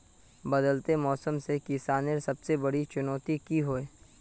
बदलते मौसम से किसानेर सबसे बड़ी चुनौती की होय?